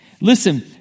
Listen